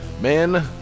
man